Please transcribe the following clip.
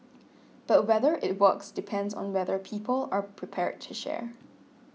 but whether it works depends on whether people are prepared to share